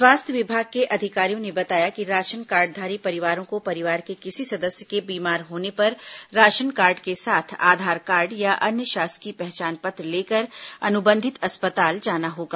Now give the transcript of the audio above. स्वास्थ्य विभाग के अधिकारियों ने बताया कि राशन कार्डधारी परिवारों को परिवार के किसी सदस्य के बीमार होने पर राशन कार्ड के साथ आधार कार्ड या अन्य शासकीय पहचान पत्र लेकर अनुबंधित अस्पताल जाना होगा